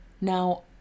Now